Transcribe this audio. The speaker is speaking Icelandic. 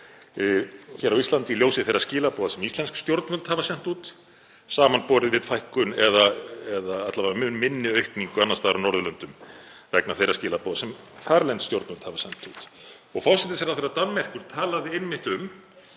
hér á Íslandi í ljósi þeirra skilaboða sem íslensk stjórnvöld hafa sent út, samanborið við fækkun eða alla vega mun minni aukningu annars staðar á Norðurlöndum vegna þeirra skilaboða sem þarlend stjórnvöld hafa sent út. Forsætisráðherra Danmerkur talaði einmitt um